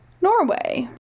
Norway